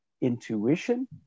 intuition